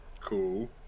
Cool